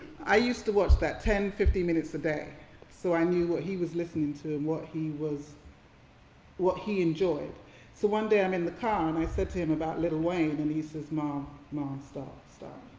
i used to watch that ten fifteen minutes a day so i knew what he was listening to and what he was what he enjoyed. so one day i'm in the car and i said to him about little wayne and he says, mom, mom, stop, stop,